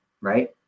Right